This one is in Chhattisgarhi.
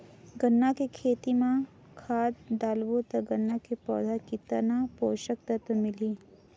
गन्ना के खेती मां खाद डालबो ता गन्ना के पौधा कितन पोषक तत्व मिलही?